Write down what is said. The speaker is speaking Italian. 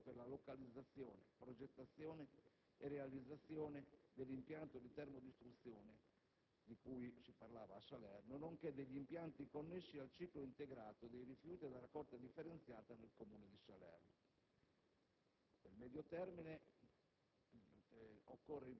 il sindaco di Salerno è nominato commissario delegato per la localizzazione, progettazione e realizzazione dell'impianto di termodistruzione previsto a Salerno, nonché degli impianti connessi al ciclo integrato dei rifiuti e alla raccolta differenziata nel comune di Salerno.